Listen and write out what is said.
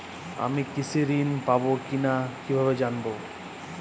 আমি কৃষি ঋণ পাবো কি না কিভাবে জানবো?